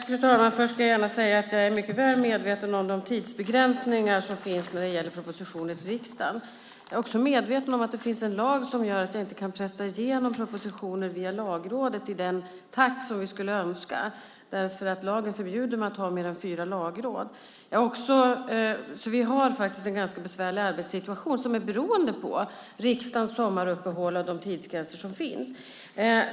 Fru talman! Först ska jag gärna säga att jag är mycket väl medveten om de tidsbegränsningar som finns när det gäller propositioner till riksdagen. Jag är också medveten om att det finns en lag som gör att jag inte kan pressa igenom propositioner via Lagrådet i den takt som vi skulle önska. Lagen förbjuder mig nämligen att ha mer än fyra lagråd. Vi har faktiskt en ganska besvärlig arbetssituation som beror på riksdagens sommaruppehåll och de tidsgränser som finns.